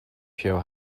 show